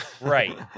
Right